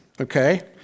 okay